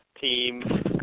team